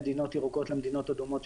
בין מדינות ירוקות למדינות אדומות,